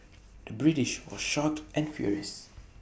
the British was shocked and furious